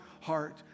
heart